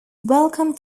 welcome